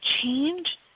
change